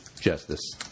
Justice